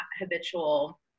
habitual